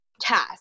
task